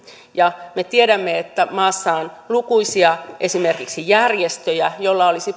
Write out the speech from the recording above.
me tiedämme että maassa on esimerkiksi lukuisia järjestöjä joilla olisi